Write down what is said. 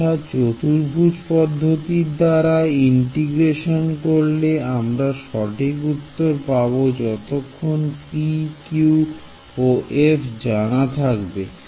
অর্থাৎ চতুর্ভুজ পদ্ধতির দাঁড়া ইন্টিগ্রেশন করলে আমরা সঠিক উত্তর পাবো যতক্ষণ pq ও f জানা থাকবে